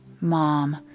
Mom